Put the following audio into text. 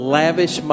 lavish